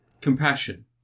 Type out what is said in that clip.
Compassion